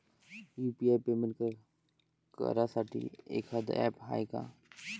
UPI payment करासाठी एखांद app हाय का?